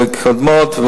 מחלות קודמות.